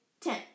ten